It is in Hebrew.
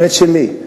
האמת שלי,